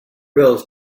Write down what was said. bills